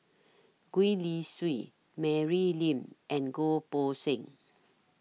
Gwee Li Sui Mary Lim and Goh Poh Seng